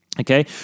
Okay